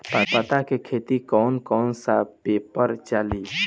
पता के खातिर कौन कौन सा पेपर चली?